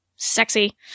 sexy